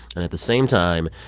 and at the same time,